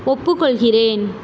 ஒப்புக்கொள்கிறேன்